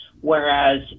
whereas